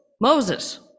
Moses